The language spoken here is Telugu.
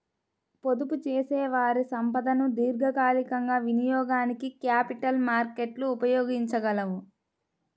పొదుపుచేసేవారి సంపదను దీర్ఘకాలికంగా వినియోగానికి క్యాపిటల్ మార్కెట్లు ఉపయోగించగలవు